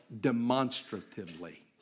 demonstratively